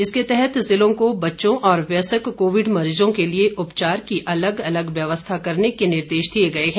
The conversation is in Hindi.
इसके तहत ज़िलों को बच्चों और व्यस्क कोविड मरीजों के लिए उपचार की अलग अलग व्यवस्था करने के निर्देश दिए गए हैं